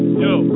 yo